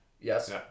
Yes